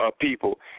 people